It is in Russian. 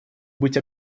быть